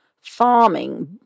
farming